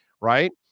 Right